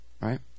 Right